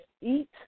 eat